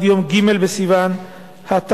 עד יום ג' בסיוון התשע"ב,